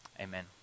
Amen